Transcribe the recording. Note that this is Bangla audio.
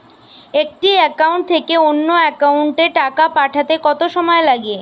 একটি একাউন্ট থেকে অন্য একাউন্টে টাকা পাঠাতে কত সময় লাগে?